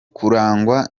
kurangwa